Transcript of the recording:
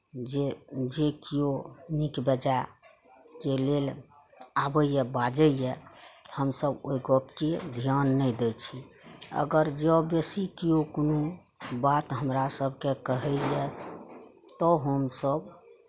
जे जे केओ नीक बेजाय के लेल आबैया बाजैया हमसब ओहि गपके ध्यान नहि दै छी अगर जँ बेसी केओ कोनो बात हमरा सबके कहैया तऽ हमसब